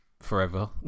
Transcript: forever